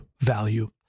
value